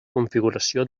configuració